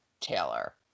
Taylor